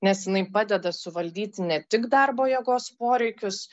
nes jinai padeda suvaldyti ne tik darbo jėgos poreikius